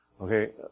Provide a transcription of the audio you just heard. Okay